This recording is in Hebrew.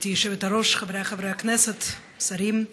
גברתי היושבת-ראש, חבריי חברי הכנסת, שרים,